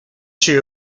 shoe